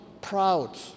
proud